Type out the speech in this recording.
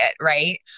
right